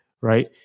right